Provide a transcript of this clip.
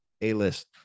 a-list